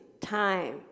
time